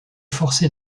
forcé